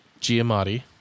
Giamatti